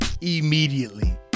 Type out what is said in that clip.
immediately